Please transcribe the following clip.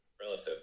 relative